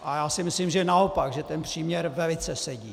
A já si myslím, že naopak, že ten příměr velice sedí.